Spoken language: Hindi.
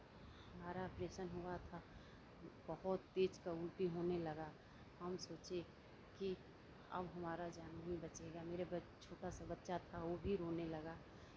हमारा ऑपरेशन हुआ था बहुत तेज का उल्टी होने लगा हम सोचे कि अब हमारा जान नहीं बचेगा मेरे छोटा सा बच्चा था वो भी रोने लगा